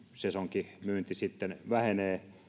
sesonkimyynti sitten vähenee